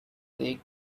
they